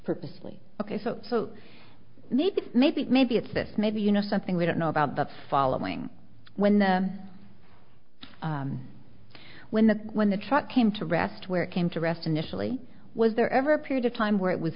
purposely ok so so maybe maybe maybe it's this maybe you know something we don't know about that following when the when the when the truck came to rest where it came to rest initially was there ever a period of time where it was